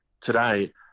today